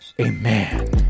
amen